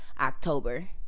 October